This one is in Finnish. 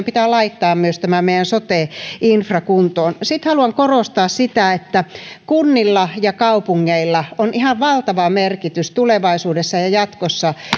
pitää laittaa myös tämä meidän sote infra kuntoon sitten haluan korostaa sitä että kunnilla ja kaupungeilla on ihan valtava merkitys tulevaisuudessa ja jatkossa